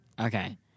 Okay